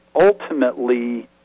ultimately